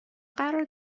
قرار